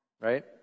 right